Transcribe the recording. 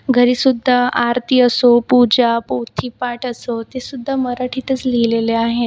घरीसुद्धा आरती असो पूजा पोथीपाठ असो ते सुद्धा मराठीतच लिहिलेले आहेत